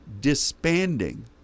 disbanding